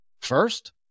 First